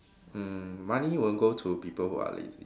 mm money won't go to people who are lazy